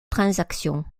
transaction